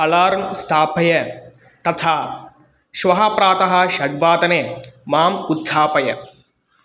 alarm स्थापय तथा श्वः प्रातः षड्वादने माम् उत्थापय